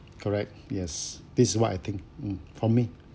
correct yes this what I think mm for me